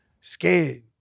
Scared